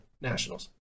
Nationals